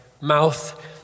mouth